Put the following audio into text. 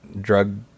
drug